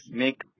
make